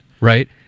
Right